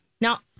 Now